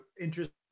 interesting